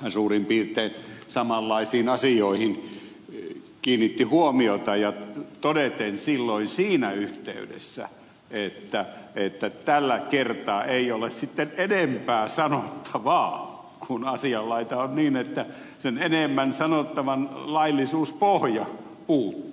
hän suurin piirtein samanlaisiin asioihin kiinnitti huomiota todeten silloin siinä yhteydessä että tällä kertaa ei ole sitten enempää sanottavaa kun asianlaita on niin että sen enemmän sanottavan laillisuuspohja puuttuu